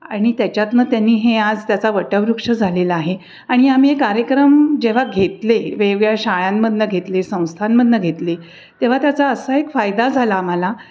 आणि त्याच्यातून त्यांनी हे आज त्याचा वटवृक्ष झालेला आहे आणि आम्ही हे कार्यक्रम जेव्हा घेतले वेगवेगळ्या शाळांमधून घेतले संस्थांमधून घेतले तेव्हा त्याचा असा एक फायदा झाला आम्हाला